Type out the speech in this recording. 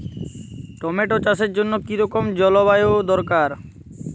Tomato চাষের জন্য কি রকম জলবায়ু দরকার?